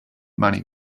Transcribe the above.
money